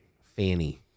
Fanny